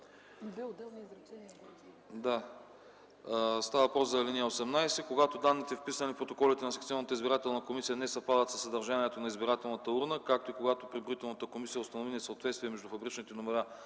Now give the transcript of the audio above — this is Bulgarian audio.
го формулирам аз. Става въпрос за ал. 18: „Когато данните, вписани в протоколите на секционната избирателна комисия, не съвпадат със съдържанието на избирателната урна, както и когато преброителната комисия установи несъответствие между фабричните номера